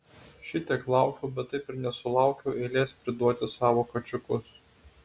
šitiek laukiau bet taip ir nesulaukiau eilės priduoti savo kačiukus